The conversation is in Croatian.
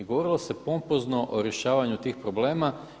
I govorilo se pompozno o rješavanju tih problema.